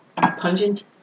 Pungent